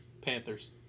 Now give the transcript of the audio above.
Panthers